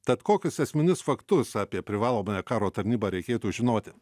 tad kokius esminius faktus apie privalomąją karo tarnybą reikėtų žinoti